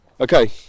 Okay